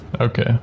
Okay